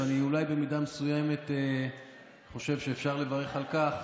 ואני אולי במידה מסוימת חושב שאפשר לברך על כך